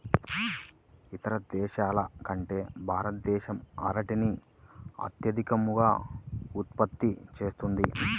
ఇతర దేశాల కంటే భారతదేశం అరటిని అత్యధికంగా ఉత్పత్తి చేస్తుంది